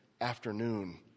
afternoon